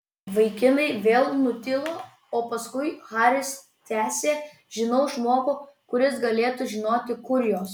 vaikinai vėl nutilo o paskui haris tęsė žinau žmogų kuris galėtų žinoti kur jos